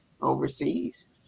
overseas